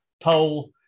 poll